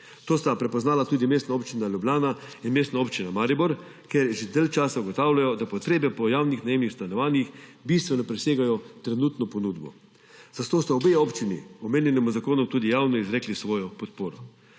To sta prepoznali tudi Mestna občina Ljubljana in Mestna občina Maribor, kjer že dalj časa ugotavljajo, da potrebe po javnih najemnih stanovanjih bistveno presegajo trenutno ponudbo. Zato sta obe občini omenjenemu zakonu tudi javno izrekli svojo podporo.